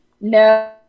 No